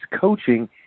coaching